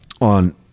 on